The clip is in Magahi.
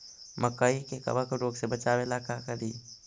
मकई के कबक रोग से बचाबे ला का करि?